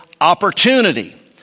opportunity